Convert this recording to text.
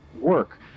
work